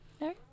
No